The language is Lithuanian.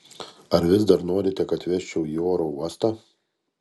ar vis dar norite kad vežčiau į oro uostą